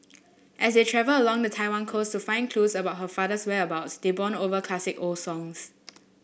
as they travel along the Taiwan coast to find clues about her father's whereabouts they bond over classic old songs